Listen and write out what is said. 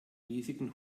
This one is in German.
riesigen